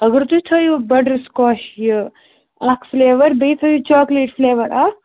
اگر تُہۍ تھٲیِو بَٹَر سُکاش یہِ اَکھ فٕلیوَر بیٚیہِ تھٲیِو چاکلیٹ فٕلیوَر اَکھ